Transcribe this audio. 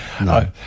No